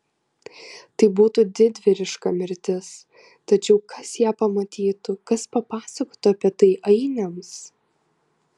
tai būtų didvyriška mirtis tačiau kas ją pamatytų kas papasakotų apie tai ainiams